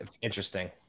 interesting